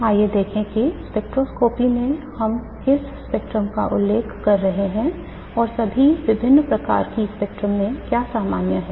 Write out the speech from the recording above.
आइए देखें कि स्पेक्ट्रोस्कोपी में हम किस स्पेक्ट्रम का उल्लेख कर रहे हैं और सभी विभिन्न प्रकार की स्पेक्ट्रोस्कोपी में क्या सामान्य है